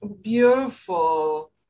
Beautiful